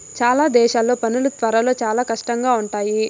చాలా దేశాల్లో పనులు త్వరలో చాలా కష్టంగా ఉంటాయి